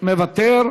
מוותר,